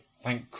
Thank